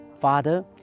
Father